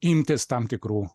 imtis tam tikrų